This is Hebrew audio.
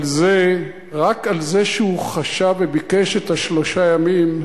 על זה, רק על זה שהוא חשב וביקש את שלושת הימים,